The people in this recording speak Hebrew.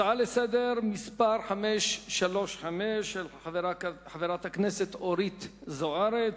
הצעה לסדר-היום מס' 535 של חברת הכנסת אורית זוארץ.